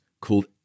called